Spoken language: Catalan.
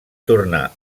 tornar